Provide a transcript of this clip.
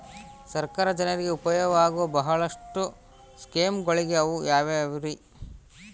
ಸರ್ಕಾರ ಜನರಿಗೆ ಉಪಯೋಗವಾಗೋ ಬಹಳಷ್ಟು ಸ್ಕೇಮುಗಳಿವೆ ಅವು ಯಾವ್ಯಾವ್ರಿ?